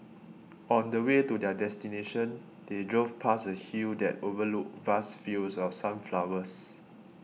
on the way to their destination they drove past a hill that overlooked vast fields of sunflowers